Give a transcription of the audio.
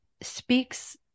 speaks